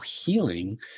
healing